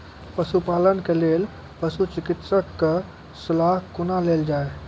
पशुपालन के लेल पशुचिकित्शक कऽ सलाह कुना लेल जाय?